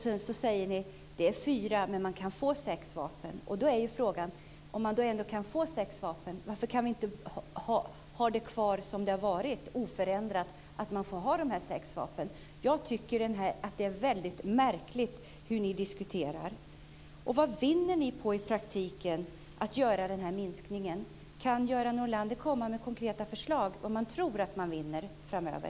Sedan säger ni att det är fyra men man kan få sex vapen. Om man ändå kan få sex vapen är frågan varför vi inte kan ha det kvar som det har varit, oförändrat, så att man kan ha sex vapen? Jag tycker att det är väldigt märkligt hur ni diskuterar. Vad vinner ni på i praktiken med att göra den här minskningen? Kan Göran Norlander komma med konkreta förslag om vad man tror att man vinner framöver?